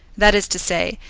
that is to say,